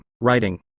writing